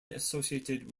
associated